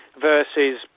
versus